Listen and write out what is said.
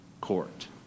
court